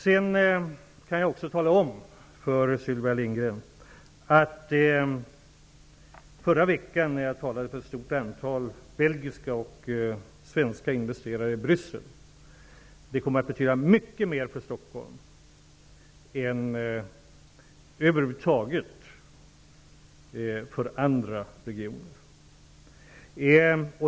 Sedan kan jag tala om för Sylvia Lindgren att jag i förra veckan i Bryssel talade inför ett stort antal belgiska och svenska investerare. Det kommer att betyda mycket mer för Stockholm än för andra regioner.